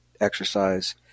exercise